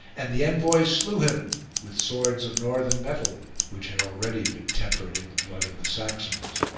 and the envoys slew him with swords of northern metal, which had already been tempered in the blood of the saxons.